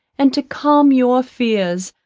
and to calm your fears,